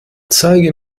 zeige